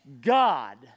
God